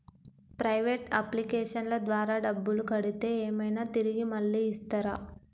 Private అప్లికేషన్ల ద్వారా డబ్బులు కడితే ఏమైనా తిరిగి మళ్ళీ ఇస్తరా?